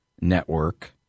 network